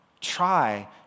try